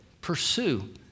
pursue